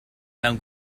mewn